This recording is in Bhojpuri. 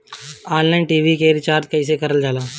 ऑनलाइन टी.वी के रिचार्ज कईसे करल जाला?